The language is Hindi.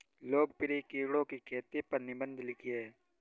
लोकप्रिय कीड़ों की खेती पर निबंध लिखिए